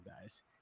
guys